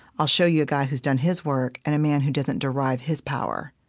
i'll show you a guy who's done his work and a man who doesn't derive his power